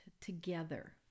together